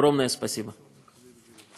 תודה ענקית.)